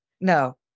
no